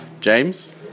James